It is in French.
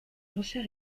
l’ancien